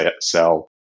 sell